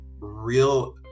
real